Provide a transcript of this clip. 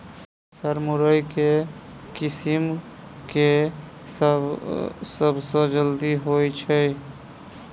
Sir मुरई केँ किसिम केँ सबसँ जल्दी होइ छै?